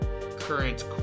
current